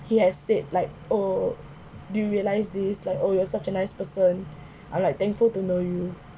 he has said like oh do realise these like oh you are such a nice person I'm like thankful to know you